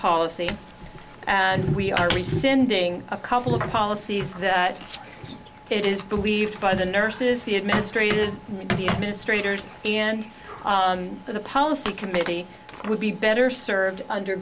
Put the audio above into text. policy and we are we sending a couple of policies that it is believed by the nurses the administrative the administrators and the policy committee would be better served under